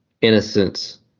innocence